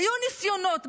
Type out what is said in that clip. היו ניסיונות בזמנו,